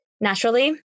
Naturally